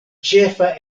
ĉefa